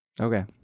Okay